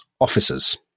officers